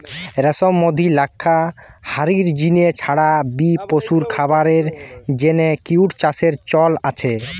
রেশম, মধু, লাক্ষা হারির জিনে ছাড়া বি পশুর খাবারের জিনে কিট চাষের চল আছে